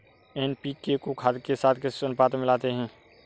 NPK को खाद के साथ किस अनुपात में मिलाते हैं?